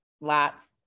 Lots